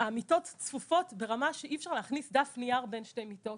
המיטות צפופות ברמה שאי אפשר להכניס דף נייר בין שתי מיטות